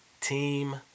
Team